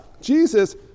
Jesus